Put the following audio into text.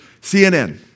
CNN